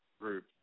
Group